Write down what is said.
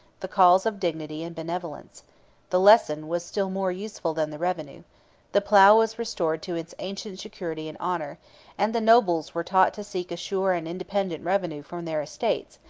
the calls of dignity and benevolence the lesson was still more useful than the revenue the plough was restored to its ancient security and honor and the nobles were taught to seek a sure and independent revenue from their estates,